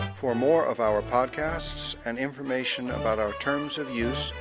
for more of our podcasts and information about our terms of use,